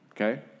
Okay